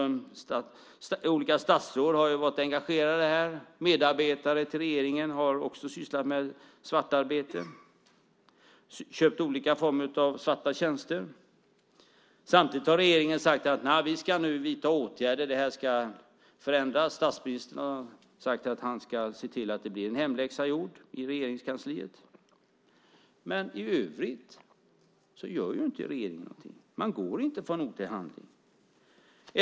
Olika statsråd har ju varit engagerade här. Medarbetare till regeringen har också sysslat med svart arbete och köpt olika former av svarta tjänster. Samtidigt har regeringen sagt att man nu ska vidta åtgärder och att detta ska förändras. Statsministern har sagt att han ska se till att hemläxan blir gjord i Regeringskansliet. Men i övrigt gör inte regeringen något. Man går inte från ord till handling.